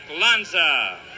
Lanza